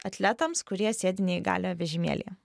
atletams kurie sėdi neįgaliojo vežimėlyje